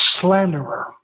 slanderer